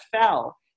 fell